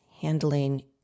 handling